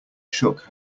shook